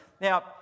Now